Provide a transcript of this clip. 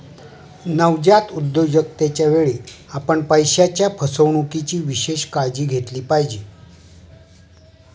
नवजात उद्योजकतेच्या वेळी, आपण पैशाच्या फसवणुकीची विशेष काळजी घेतली पाहिजे